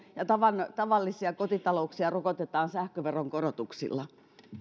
ja tavallisia kotitalouksia rokotetaan sähköveron korotuksilla